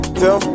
tell